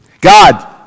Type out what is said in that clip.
God